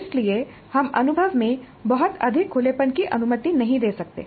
इसलिए हम अनुभव में बहुत अधिक खुलेपन की अनुमति नहीं दे सकते